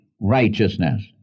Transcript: righteousness